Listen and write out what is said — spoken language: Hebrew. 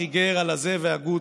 החיגר הלזה והגוץ,